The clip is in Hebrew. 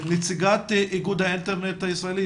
נציגת איגוד האינטרנט הישראלי.